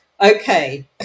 okay